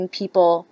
people